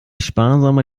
sparsamer